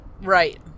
right